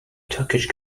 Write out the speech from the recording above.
turkish